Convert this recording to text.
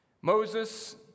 Moses